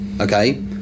Okay